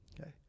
Okay